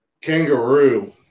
kangaroo